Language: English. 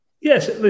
Yes